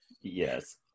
Yes